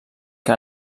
que